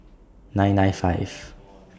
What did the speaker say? nine nine five